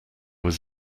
was